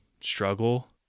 struggle